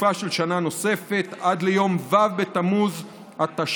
לתקופה של שנה נוספת, עד ליום ו' בתמוז התשפ"א,